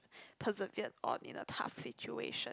preserve on in a tough situation